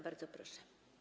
Bardzo proszę.